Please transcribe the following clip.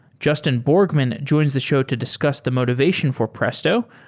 justin borgman joins the show to discuss the motivation for presto,